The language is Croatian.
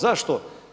Zašto?